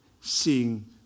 seeing